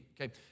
okay